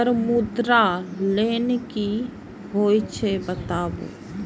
Sir मुद्रा loan की हे छे बताबू?